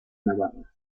navarra